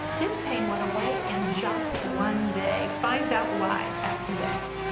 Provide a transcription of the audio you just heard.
his pain went away in just one day. find out why, after this.